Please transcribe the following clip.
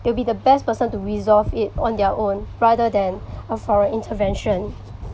it'll be the best person to resolve it on their own rather than uh foreign intervention